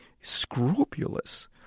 scrupulous